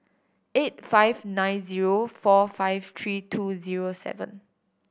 eight five nine zero four five three two zero seven